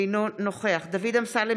אינו נוכח דוד אמסלם,